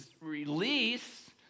release